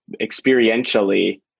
experientially